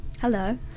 Hello